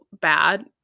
bad